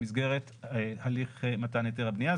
במסגרת הליך מתן היתר הבנייה.